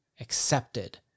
accepted